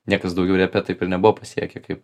niekas daugiau repe taip ir nebuvo pasiekę kaip